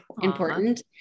important